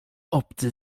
obcy